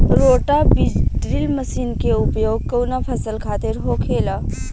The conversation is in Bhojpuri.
रोटा बिज ड्रिल मशीन के उपयोग कऊना फसल खातिर होखेला?